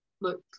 look